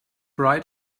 right